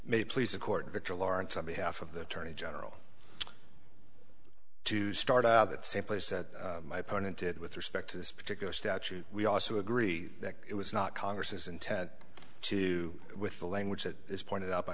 may please the court victor lawrence on behalf of the attorney general to start out the same place that my opponent did with respect to this particular statute we also agree that it was not congress's intent to with the language that is pointed out by